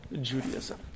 Judaism